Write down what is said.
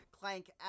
Clank